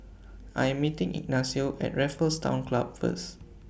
I Am meeting Ignacio At Raffles Town Club First